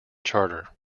charter